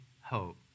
hope